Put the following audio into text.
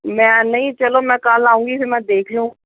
ਮੈਂ ਨਹੀਂ ਚਲੋਂ ਮੈਂ ਕੱਲ੍ਹ ਆਵਾਂਗੀ ਫੇਰ ਮੈਂ ਦੇਖ ਲਵਾਂਗੀ